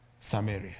Samaria